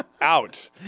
out